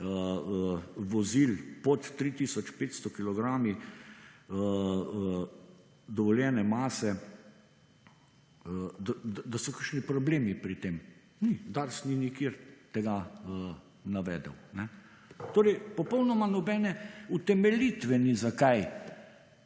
vozil pod 3 tisoč 500 kilogrami dovoljene mase, da so kakšni problemi pri tem. DARS ni nikjer tega navedel. Torej popolnoma nobene utemeljitve ni, zakaj